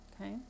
Okay